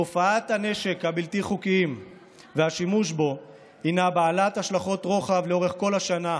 תופעת הנשק הבלתי-חוקי והשימוש בו הינה בעלת השלכות רוחב לאורך כל השנה,